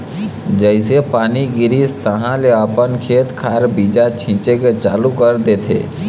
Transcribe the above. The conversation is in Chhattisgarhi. जइसे पानी गिरिस तहाँले अपन खेत खार बीजा छिचे के चालू कर देथे